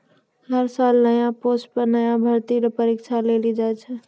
हर साल नया पोस्ट पर नया भर्ती ल परीक्षा लेलो जाय छै